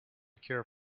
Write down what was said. cure